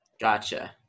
gotcha